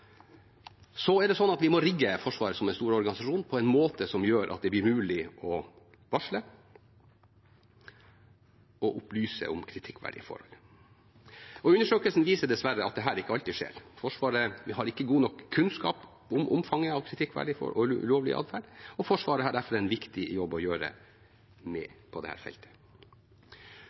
det umiddelbart. Vi må rigge Forsvaret, som en stor organisasjon, på en måte som gjør at det blir mulig å varsle og opplyse om kritikkverdige forhold. Undersøkelsen viser dessverre at dette ikke alltid skjer. Vi har ikke god nok kunnskap om omfanget av kritikkverdig og ulovlig adferd, og Forsvaret har derfor en viktig jobb å gjøre på dette feltet. Undersøkelsen som ble gjennomført nå, startet man jobben med